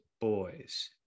boys